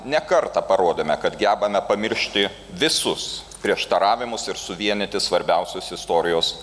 ne kartą parodėme kad gebame pamiršti visus prieštaravimus ir suvienyti svarbiausius istorijos